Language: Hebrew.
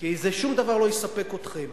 כי שום דבר לא יספק אתכם.